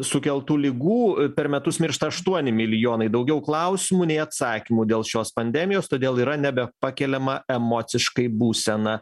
sukeltų ligų per metus miršta aštuoni milijonai daugiau klausimų nei atsakymų dėl šios pandemijos todėl yra nebepakeliama emociškai būsena